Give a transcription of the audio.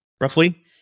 roughly